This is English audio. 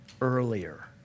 earlier